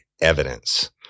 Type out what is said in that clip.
evidence